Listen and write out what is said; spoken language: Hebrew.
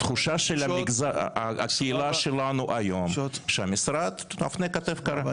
התחושה של הקהילה שלנו היום היא שהמשרד מפנה כתף קרה.